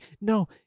no